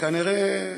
שכנראה